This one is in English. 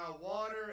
water